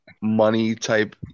money-type